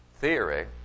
theory